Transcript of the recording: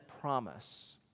promise